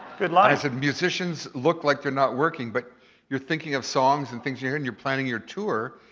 good line. ph i said, musicians look like they're not working, but you're thinking of songs and things you hear and you're planning your tour.